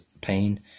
pain